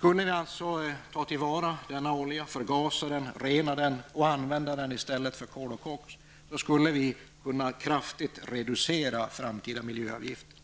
där. Om vi alltså skulle ta till vara denna olja och förgasa den, rena den och använda den i stället för kol och koks skulle vi kraftigt kunna reducera framtida miljöavgifter.